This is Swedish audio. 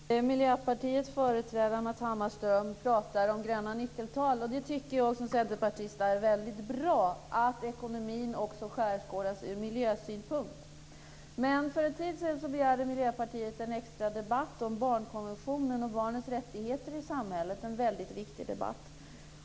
Herr talman! Miljöpartiets företrädare Matz Hammarström pratar om gröna nyckeltal. Jag tycker som centerpartist att det är väldigt bra att ekonomin också skärskådas ur miljösynpunkt. Men för en tid sedan begärde Miljöpartiet en extra debatt om barnkonventionen och barnens rättigheter i samhället - en väldigt viktig debatt.